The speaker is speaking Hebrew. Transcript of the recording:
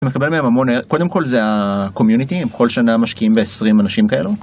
אתה מקבל היום המון... קודם כל זה הקומיוניטי, הם כל שנה משקיעים ב-20 אנשים כאלו